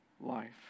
life